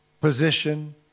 position